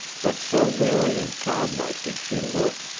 but so weary and childlike did she look,